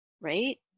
right